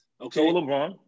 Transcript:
Okay